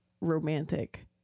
romantic